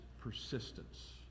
persistence